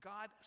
God